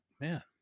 Man